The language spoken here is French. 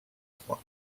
trois